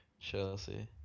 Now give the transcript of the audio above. Chelsea